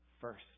first